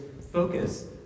focus